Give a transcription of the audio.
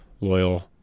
loyal